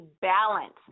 balance